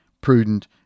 prudent